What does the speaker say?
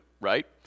right